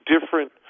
different